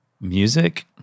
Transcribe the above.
music